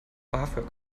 bafög